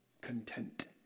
content